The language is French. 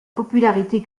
popularité